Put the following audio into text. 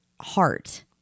heart